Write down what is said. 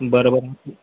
बरं बरं